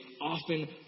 often